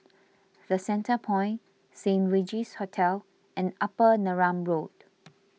the Centrepoint Saint Regis Hotel and Upper Neram Road